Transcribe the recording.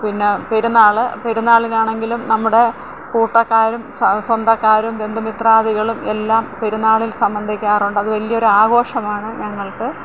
പിന്നെ പെരുന്നാള് പെരുന്നാളിനാണെങ്കിലും നമ്മുടെ കൂട്ടക്കാരും സ്വന്തക്കാരും ബന്ധുമിത്രാദികളും എല്ലാം പെരുന്നാളില് സംബന്ധിക്കാറുണ്ട് അത് വലിയ ഒരു ആഘോഷമാണ് ഞങ്ങള്ക്ക്